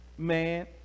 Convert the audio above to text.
Man